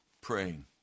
praying